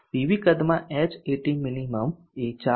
PV કદ માં Hat minimum એ 4